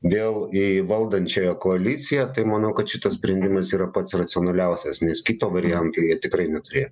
vėl į valdančiąją koaliciją tai manau kad šitas sprendimas yra pats racionaliausias nes kito varianto jie tikrai neturėjo